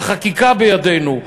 החקיקה בידינו,